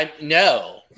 No